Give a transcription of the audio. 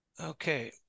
Okay